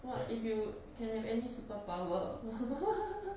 what if you can have any superpower